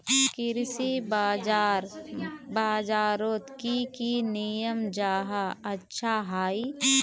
कृषि बाजार बजारोत की की नियम जाहा अच्छा हाई?